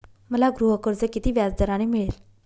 मला गृहकर्ज किती व्याजदराने मिळेल?